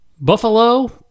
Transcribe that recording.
Buffalo